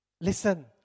listen